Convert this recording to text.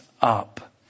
up